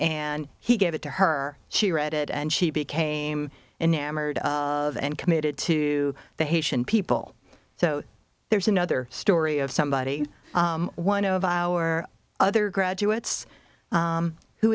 and he gave it to her she read it and she became enamored of and committed to the haitian people so there's another story of somebody one of our other graduates